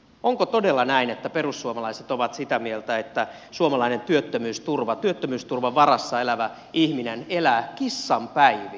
onko todella näin että perussuomalaiset ovat sitä mieltä että suomalainen työttömyysturvan varassa elävä ihminen elää kissanpäiviä